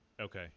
Okay